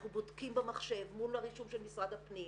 אנחנו בודקים במחשב מול הרישום של משרד הפנים